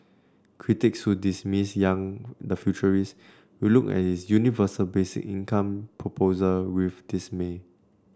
critics who dismiss Yang the futurist will look at is universal basic income proposal with dismay